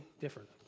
different